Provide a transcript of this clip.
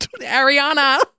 Ariana